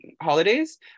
holidays